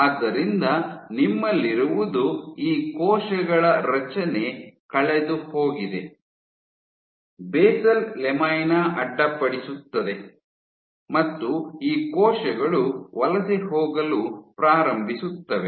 ಆದ್ದರಿಂದ ನಿಮ್ಮಲ್ಲಿರುವುದು ಈ ಕೋಶಗಳ ರಚನೆ ಕಳೆದುಹೋಗಿದೆ ಬೆಸಲ್ ಲ್ಯಾಮಿನಾ ಅಡ್ಡಿಪಡಿಸುತ್ತದೆ ಮತ್ತು ಈ ಕೋಶಗಳು ವಲಸೆ ಹೋಗಲು ಪ್ರಾರಂಭಿಸುತ್ತವೆ